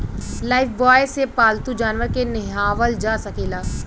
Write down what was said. Lifebuoy से पाल्तू जानवर के नेहावल जा सकेला